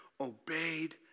obeyed